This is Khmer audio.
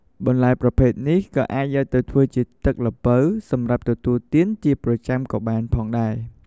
បន្លែប្រភេទនេះក៏អាចយកទៅធ្វើជាទឹកល្ពៅ សម្រាប់ទទួលទានជាប្រចាំក៏បានផងដែរ។